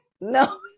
No